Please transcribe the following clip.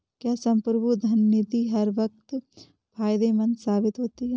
क्या संप्रभु धन निधि हर वक्त फायदेमंद साबित होती है?